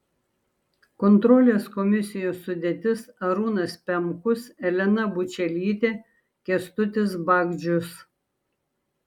kontrolės komisijos sudėtis arūnas pemkus elena bučelytė kęstutis bagdžius